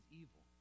evil